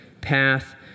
path